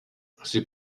c’est